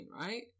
right